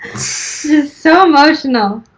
just so emotional.